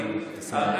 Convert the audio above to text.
אני מסיים במשפט אחד.